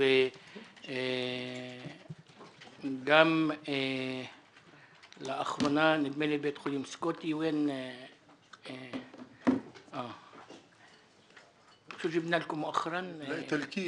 והעברנו לאיטלקי